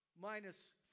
minus